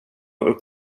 upp